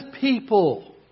people